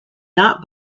not